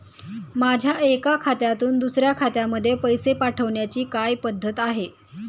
माझ्या एका खात्यातून दुसऱ्या खात्यामध्ये पैसे पाठवण्याची काय पद्धत आहे?